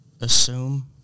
assume